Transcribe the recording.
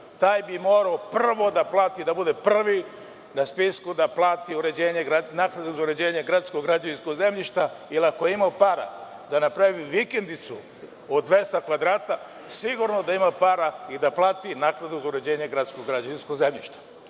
Taj bi morao prvo da plati, da bude prvi na spisku da plati naknadu za uređenje gradskog građevinskog zemljišta jer ako je imao para da napravi vikendicu od 200 kvadrata sigurno da ima para i da plati naknadu za uređenje gradskog građevinskog zemljišta. Prema